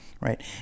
Right